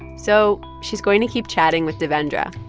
so she's going to keep chatting with devendra,